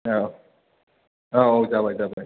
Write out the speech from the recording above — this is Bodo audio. औ औ जाबाय जाबाय